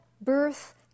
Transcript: birth